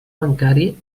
bancari